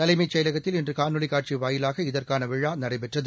தலைமைச் செயலகத்தில் இன்றுகாணொலிக் காட்சிவாயிலாக இதற்கானவிழாநடைபெற்றது